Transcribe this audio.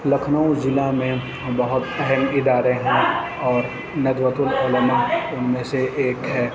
لکھنؤ ضلع میں بہت اہم ادارے ہیں اور ندوۃ العلماء اُن میں سے ایک ہے